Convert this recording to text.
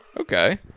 Okay